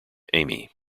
amy